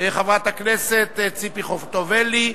חברת הכנסת ציפי חוטובלי,